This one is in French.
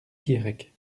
guirec